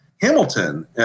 Hamilton